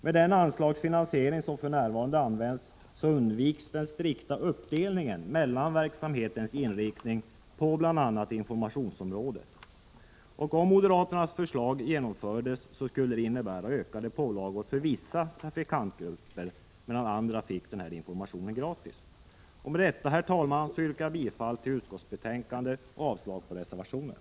Med den anslagsfinansiering som för närvarande används undviks den strikta uppdelningen mellan verksamhetens inriktning på bl.a. informationsområdet. Om moderaternas förslag genomfördes, skulle det innebära ökade pålagor för vissa trafikantgrupper, medan andra fick informationen gratis. Med detta, herr talman, yrkar jag bifall till hemställan i utskottsbetänkandet och avslag på reservationen.